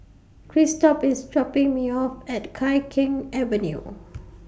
Christop IS dropping Me off At Tai Keng Avenue